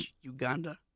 Uganda